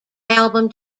album